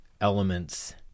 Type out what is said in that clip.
elements